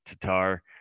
Tatar